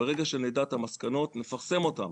ברגע שנדע את המסקנות נפרסם אותן.